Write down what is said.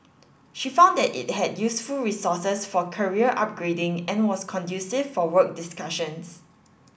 she found that it had useful resources for career upgrading and was conducive for work discussions